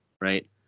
Right